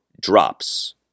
drops